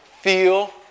feel